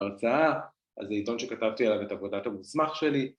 הרצאה? אז זה עיתון שכתבתי עליו את עבודת המוסמך שלי